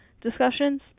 discussions